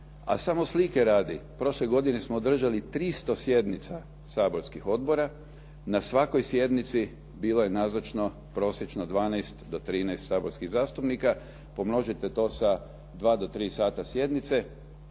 A samo slike radi prošle godine smo održali 300 sjednica saborskih odbora. Na svakoj sjednici bilo je nazočno prosječno 12 do 13 saborskih zastupnika. Pomnožite to sa dva do tri sata sjednice